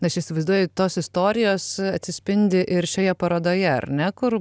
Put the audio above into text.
aš įsivaizduoju tos istorijos atsispindi ir šioje parodoje ar ne kur